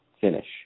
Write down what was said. finish